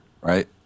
Right